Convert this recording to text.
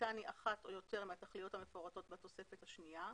שתכליתן היא אחת או יותר מהתכליות המפורטות בתוספת השנייה,